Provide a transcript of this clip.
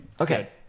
Okay